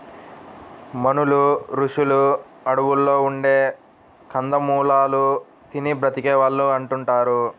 మునులు, రుషులు అడువుల్లో ఉండే కందమూలాలు తిని బతికే వాళ్ళు అంటుంటారు